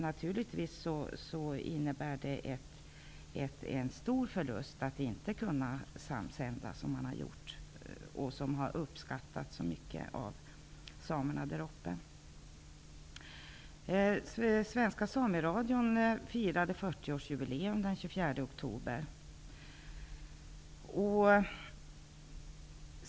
Naturligtvis innebär det en stor förlust att inte kunna samsända som man har gjort, vilket har uppskattats mycket av samerna. oktober.